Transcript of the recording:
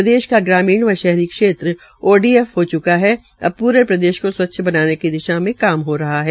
प्रदेश का ग्रामीण व शहरी क्षेत्र ओडीएफ हो च्का है अब प्रे प्रदेश को स्वच्छ बनाने की दिशा में कार्य चल रहा है